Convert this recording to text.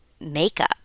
makeup